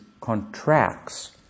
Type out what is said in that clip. contracts